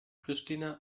pristina